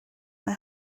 mae